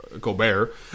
Gobert